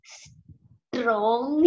strong